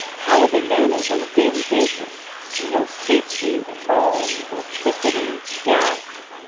how would they manage on a daily basis? you know, safety at home, electricity, gas.